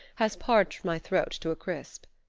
has parched my throat to a crisp.